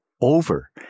over